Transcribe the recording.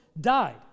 died